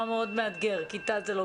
קשה להן מאוד להגיע מהר למטה ולהשפיע,